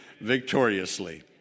victoriously